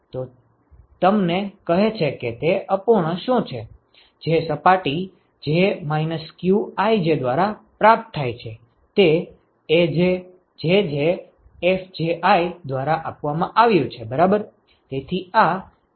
તો તે તમને કહે છે કે તે અપૂર્ણાંક શું છે જે સપાટી J qij દ્વારા પ્રાપ્ત થાય છે તે Aj Jj Fji દ્વારા આપવામાં આવ્યું છે બરાબર